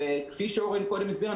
כפי שאורן קודם הסביר,